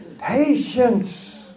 patience